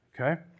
Okay